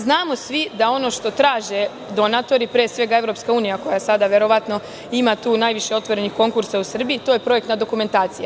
Znamo svi da ono što traže donatori, pre svega EU, koja sada verovatno ima tu najviše otvorenih konkursa u Srbiji, a to je projekta dokumentacija.